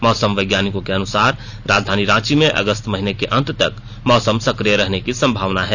मौसम वैज्ञानिको के अनुसार राजधानी रांची में अगस्त महीने के अंत तक मौसम सकिय रहने की संभावना है